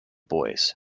boys